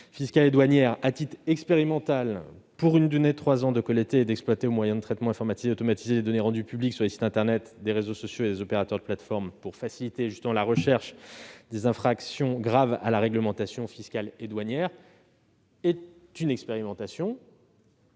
fiscales et douanières, à titre expérimental et pour une durée de trois ans, de collecter et d'exploiter au moyen de traitements informatisés et automatisés les données rendues publiques sur les sites internet des réseaux sociaux et des opérateurs de plateformes pour faciliter la recherche des infractions graves à la réglementation fiscale et douanière. Un rapport